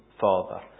Father